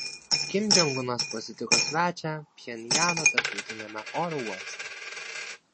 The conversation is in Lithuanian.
kim jong unas pasitiko svečią pchenjano tarptautiniame oro uoste